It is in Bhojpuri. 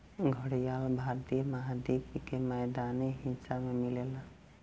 घड़ियाल भारतीय महाद्वीप के मैदानी हिस्सा में मिलेला